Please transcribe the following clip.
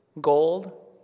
gold